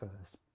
first